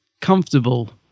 comfortable